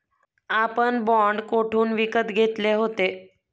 आपण बाँड कोठून विकत घेतले होते?